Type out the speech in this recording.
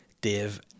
Dave